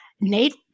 Nate